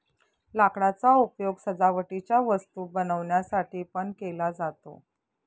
लाकडाचा उपयोग सजावटीच्या वस्तू बनवण्यासाठी पण केला जातो